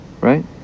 right